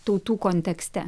tautų kontekste